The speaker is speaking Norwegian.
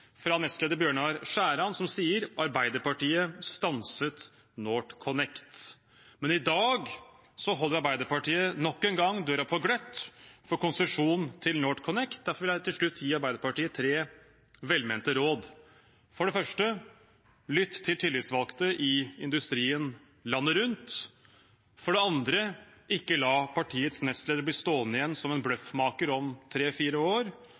Bjørnar Skjæran med overskriften: «Arbeiderpartiet stanset NorthConnect». Men i dag holder Arbeiderpartiet nok en gang døren på gløtt for konsesjon til NorthConnect. Derfor vil jeg til slutt gi Arbeiderpartiet tre velmente råd: For det første: Lytt til tillitsvalgte i industrien landet rundt. For det andre: Ikke la partiets nestleder bli stående igjen som en bløffmaker om tre–fire år.